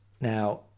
now